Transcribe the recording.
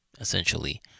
essentially